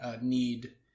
need